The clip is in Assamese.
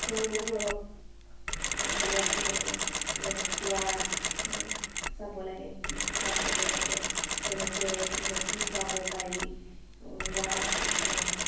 তেওঁলোককো অলপ আপডালে ৰাখিব লাগে যেনে খোৱা চাব লাগে কি খাইছে তেওঁলোকে কেনেকৈ মানে কি খুৱাব পাৰি বা